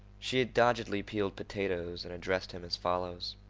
she had doggedly peeled potatoes and addressed him as follows